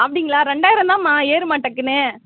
அப்படிங்களா ரெண்டாயிரம்தாம்மா ஏறும்மா டக்குன்னு